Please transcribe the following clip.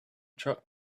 truck